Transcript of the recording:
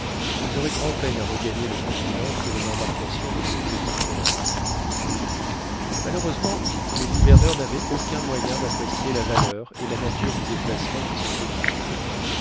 ils auraient grand-peine à regagner le continent sur une embarcation aussi petite que la leur malheureusement les hiverneurs n'avaient aucun moyen d'apprécier la valeur et la nature du déplacement qui se produisait